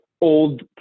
old